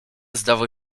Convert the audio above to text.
zdawał